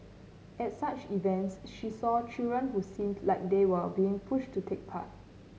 at such events she saw children who seemed like they were being pushed to take part